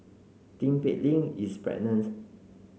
Tin Pei Ling is pregnant